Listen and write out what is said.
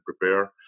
prepare